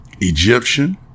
Egyptian